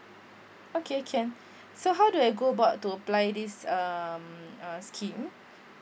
okay can so how do I go about to apply this um uh scheme